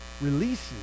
releases